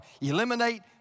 Eliminate